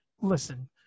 listen